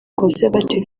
conservative